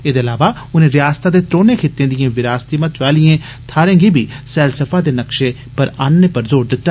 एदे अलावा उनें रयासतै दे त्रौनें खित्तें दिएं विरासती महत्वै आलिएं थाहरें गी बी सैलसफा दे नक्षे पर आह्नने पर ज़ोर दिता